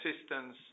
assistance